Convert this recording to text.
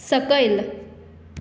सकयल